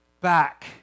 back